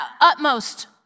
Utmost